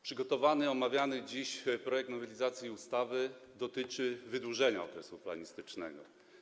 Przygotowany i omawiany dziś projekt nowelizacji ustawy dotyczy wydłużenia okresu planistycznego.